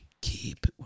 Keep